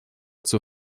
zur